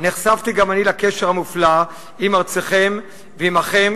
נחשפתי גם אני לקשר המופלא עם ארצכם ועמכם,